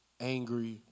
angry